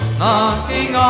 knocking